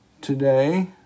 today